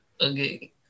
okay